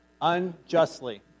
unjustly